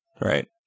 Right